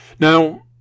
Now